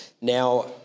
Now